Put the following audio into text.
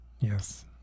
yes